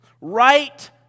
right